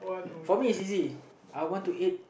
for me is easy I want to eat